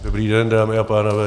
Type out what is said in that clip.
Dobrý den, dámy a pánové.